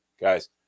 guys